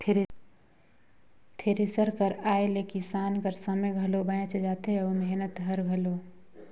thresher कर आए ले किसान कर समे घलो बाएच जाथे अउ मेहनत हर घलो